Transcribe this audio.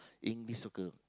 in the soccer